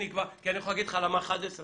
כי אתה יכול לשאול אותי מהכיוון השני